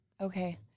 okay